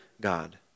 God